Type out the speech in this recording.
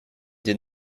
did